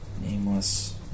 Nameless